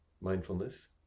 mindfulness